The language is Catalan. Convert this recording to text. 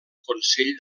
consell